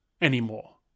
anymore